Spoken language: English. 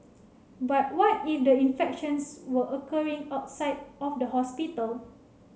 but what if the infections were occurring outside of the hospital